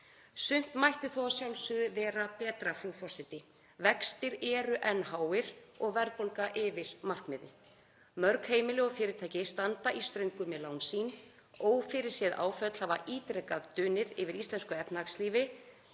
Sumt mætti þó að sjálfsögðu vera betra, frú forseti. Vextir eru enn háir og verðbólga yfir markmiði. Mörg heimili og fyrirtæki standa í ströngu með lán sín. Ófyrirséð áföll hafa ítrekað dunið á íslensku efnahagslífi